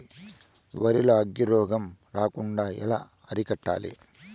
వరి లో అగ్గి రోగం రాకుండా ఎలా అరికట్టాలి?